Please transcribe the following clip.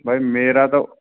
भाई मेरा तो